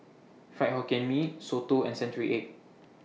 Fried Hokkien Mee Soto and Century Egg